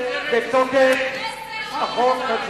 החוק הזה